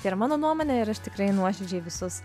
yra mano nuomonė ir aš tikrai nuoširdžiai visus